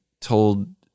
told